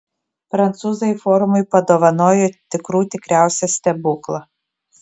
prancūzai forumui padovanojo tikrų tikriausią stebuklą